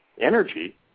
energy